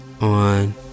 On